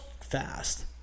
fast